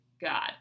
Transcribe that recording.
God